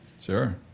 sure